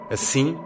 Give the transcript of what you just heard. Assim